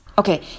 Okay